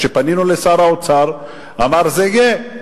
כשפנינו לשר האוצר הוא אמר: זה יהיה.